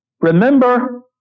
Remember